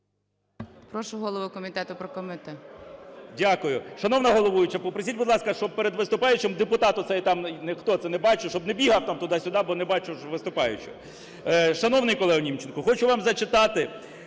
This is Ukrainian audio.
Прошу голову комітету прокоментувати.